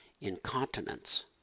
incontinence